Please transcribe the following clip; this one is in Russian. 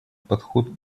подход